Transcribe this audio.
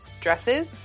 dresses